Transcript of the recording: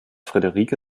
friederike